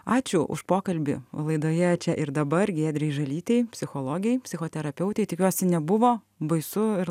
ačiū už pokalbį laidoje čia ir dabar giedrei žalytei psichologei psichoterapeutei tikiuosi nebuvo baisu ir